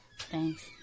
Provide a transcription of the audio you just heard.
Thanks